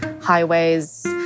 highways